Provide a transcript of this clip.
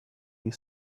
you